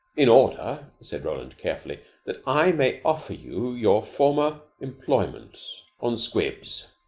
in order, said roland carefully, that i may offer you your former employment on squibs.